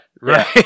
Right